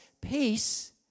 peace